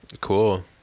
Cool